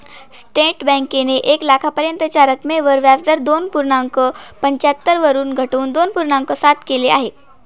state बँकेने एक लाखापर्यंतच्या रकमेवर व्याजदर दोन पूर्णांक पंच्याहत्तर वरून घटवून दोन पूर्णांक सात केल आहे